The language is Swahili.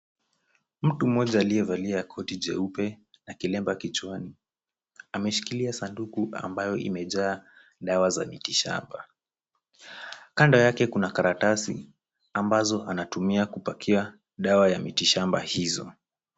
Mtu mmoja aliyevalia koti jeupe na kilemba kichwani. Ameshikilia sanduku ambayo imejaa dawa za miti shamba. Kando yake kuna karatasi ambazo anatumia kupakia dawa ya miti shamba hizo.